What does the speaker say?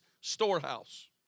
storehouse